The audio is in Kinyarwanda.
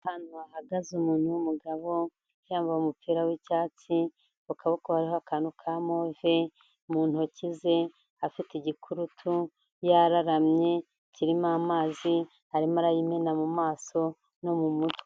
Ahantu hahagaze umuntu w'umugabo, yambaye umupira w'icyatsi, ku kaboko hariho akantu ka move, mu ntoki ze afite igikurutu, yararamye, kirimo amazi, arimo arayimena mu maso no mu mutwe.